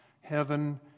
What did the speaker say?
heaven